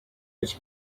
its